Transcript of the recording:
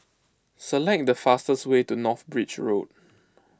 select the fastest way to North Bridge Road